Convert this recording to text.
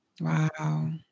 Wow